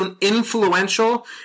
influential